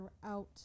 throughout